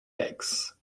eggs